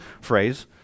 phrase